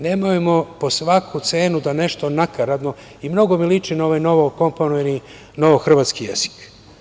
Nemojmo po svaku cenu da nešto nakaradno i mnogo mi liči na ovaj novokomponovani novohrvatski jezik.